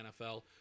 NFL